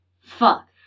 Fuck